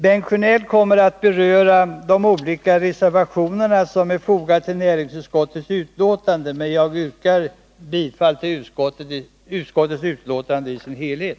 Bengt Sjönell kommer att beröra de olika reservationerna som är fogade till näringsutskottets betänkande, men jag yrkar bifall till utskottets hemställan i dess helhet.